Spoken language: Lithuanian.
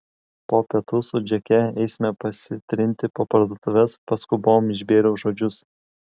po pietų su džeke eisime pasitrinti po parduotuves paskubom išbėriau žodžius